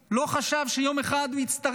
לא חשב שיום אחד הוא יצטרך,